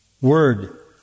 word